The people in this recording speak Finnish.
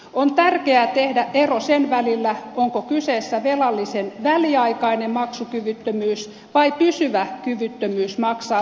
on tärkeää tehdä ero sen välillä onko kyseessä velallisen väliaikainen maksukyvyttömyys vai pysyvä kyvyttömyys maksaa velkoja takaisin